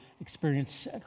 experience